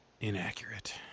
inaccurate